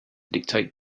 dictate